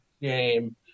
game